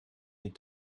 die